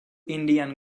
indian